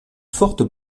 forte